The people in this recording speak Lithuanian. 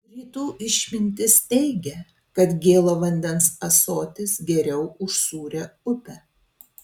rytų išmintis teigia kad gėlo vandens ąsotis geriau už sūrią upę